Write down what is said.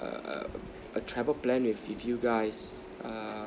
a travel plan with you guys err